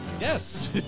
Yes